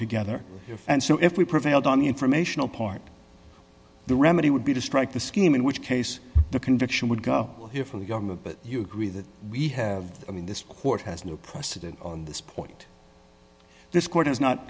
together and so if we prevailed on the informational part the remedy would be to strike the scheme in which case the conviction would go here for younger but you agree that we have i mean this court has no precedent on this point this court has not